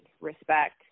respect